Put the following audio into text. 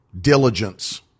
Diligence